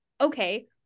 okay